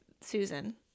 Susan